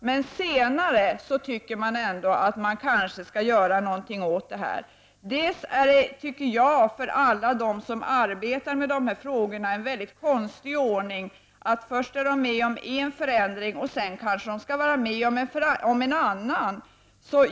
Men senare anser regeringen ändå att något kanske skall göras åt detta. För alla de människor som arbetar med dessa frågor är det en mycket konstig ordning att de först får vara med om en förändring och sedan kanske får vara med om en annan.